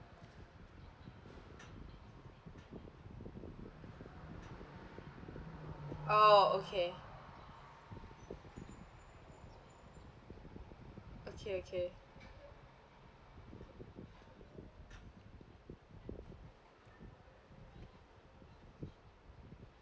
oh okay okay okay